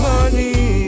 Money